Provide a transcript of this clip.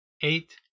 eight